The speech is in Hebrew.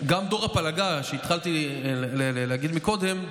גם דור הפלגה, התחלתי להגיד קודם,